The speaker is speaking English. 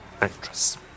Actress